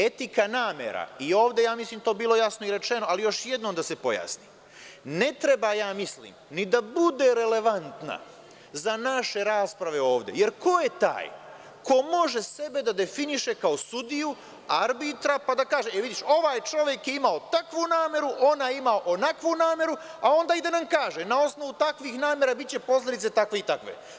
Etika namera, i ovde je ja mislim to bilo jasno i rečeno, ali još jednom da se pojasni, ne treba ja mislim ni da bude relevantna za naše rasprave ovde, jer ko je taj ko može sebe da definiše kao sudiju, arbitra pa da kaže – e, vidiš, ovaj čovek je imao takvu nameru, onaj ima onakvu nameru, a onda i da nam kaže na osnovu takvih namera biće posledice takve i takve.